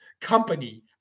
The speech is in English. company